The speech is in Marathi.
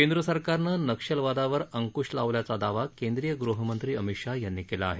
केंद्रसरकारनं नक्षलवादावर अंकुश लावल्याचा दावा केंद्रीय गृहमंत्री अमित शाह यांनी केला आहे